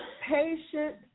Patient